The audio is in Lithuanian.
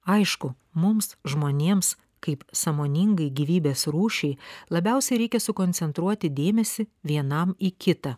aišku mums žmonėms kaip sąmoningai gyvybės rūšiai labiausiai reikia sukoncentruoti dėmesį vienam į kitą